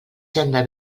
senda